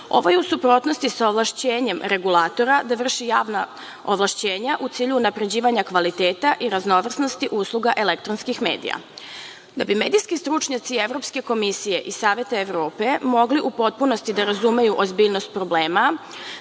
je u suprotnosti sa ovlašćenjem regulatora da vrši javna ovlašćenja u cilju unapređivanja kvaliteta i raznovrsnosti usluga elektronskih medija. Da bi medijski stručnjaci Evropske komisije i Saveta Evrope mogli u potpunosti da razumeju ozbiljnost problema,